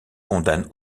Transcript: condamne